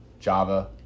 Java